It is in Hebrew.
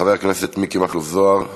חבר הכנסת מיקי מכלוף זוהר בבקשה,